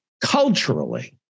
culturally